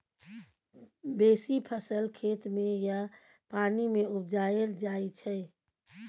बेसी फसल खेत मे या पानि मे उपजाएल जाइ छै